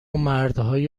مردهای